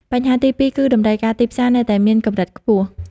បញ្ហាទីពីរគឺ តម្រូវការទីផ្សារនៅតែមានកម្រិតខ្ពស់។